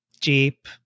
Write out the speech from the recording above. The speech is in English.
Jeep